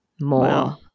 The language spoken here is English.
More